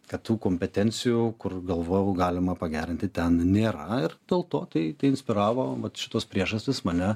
kad tų kompetencijų kur galvojau galima pagerinti ten nėra na ir dėl to tai inspiravo vat šitos priežastys mane